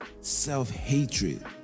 self-hatred